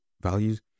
values